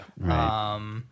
right